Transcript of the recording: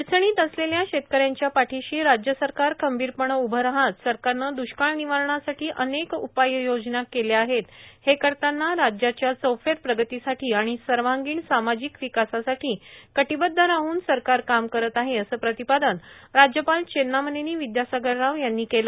अडचणीत असलेल्या शेतकऱ्यांच्या पाठीशी राज्य सरकार खंबीरपणे उभे राहत सरकारनं द्ष्काळ निवारणासाठी अनेक उपाययोजना केल्या आहेत हे करतांना राज्याच्या चौफेर प्रगतीसाठी आणि सर्वांगीण सामाजिक विकासासाठी कटिबद्ध राहन सरकार काम करत आहे असं प्रतिपादन राज्यपाल चेन्नामनेनी विद्यासागर राव यांनी केलं